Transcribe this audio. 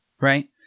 right